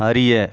அறிய